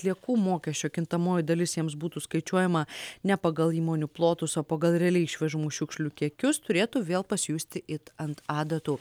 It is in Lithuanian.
atliekų mokesčio kintamoji dalis jiems būtų skaičiuojama ne pagal įmonių plotus o pagal realiai išvežamų šiukšlių kiekius turėtų vėl pasijusti it ant adatų